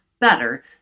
better